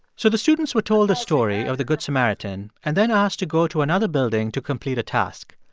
so the students were told the story of the good samaritan and then asked to go to another building to complete a task.